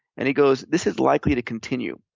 and he goes, this is likely to continue.